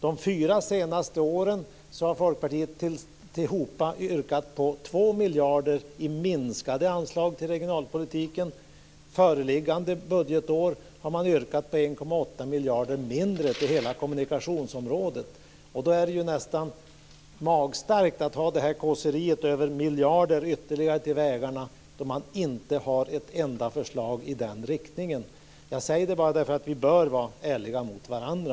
De fyra senaste åren har Folkpartiet yrkat på 2 miljarder kronor i minskade anslag till regionalpolitiken. Föreliggande budgetår har man yrkat på 1,8 miljarder kronor mindre till hela kommunikationsområdet. Då är det nästan magstarkt att ha detta kåseri över ytterligare miljarder till vägarna när man inte har ett enda förslag i den riktningen. Jag säger det bara därför att vi bör vara ärliga mot varandra.